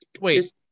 Wait